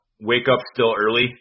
wake-up-still-early